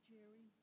Jerry